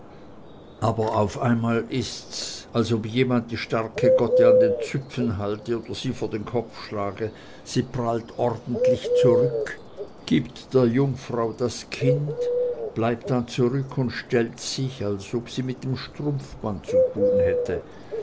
aber auf einmal ist's als ob jemand die starke gotte an den züpfen halte oder sie vor den kopf schlage sie prallt ordentlich zurück gibt der jungfrau das kind bleibt dann zurück und stellt sich als ob sie mit dem strumpfband zu tun hätte